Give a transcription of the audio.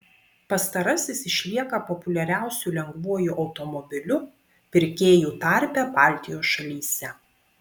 pastarasis išlieka populiariausiu lengvuoju automobiliu pirkėjų tarpe baltijos šalyse